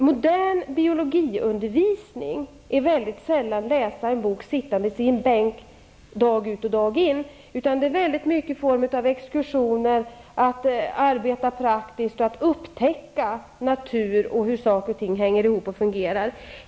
Modern biologiundervisning innebär mycket sällan att läsa en bok sittandes i en bänk dag ut och dag in, utan undervisningen sker mycket ofta i form av exkursioner där man arbetar praktiskt och upptäcker natur och lär sig hur saker och ting hänger ihop och fungerar.